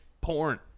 porn